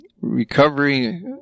recovery